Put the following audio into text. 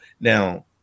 now